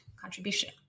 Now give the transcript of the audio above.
contribution